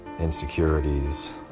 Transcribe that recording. insecurities